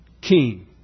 king